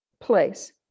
place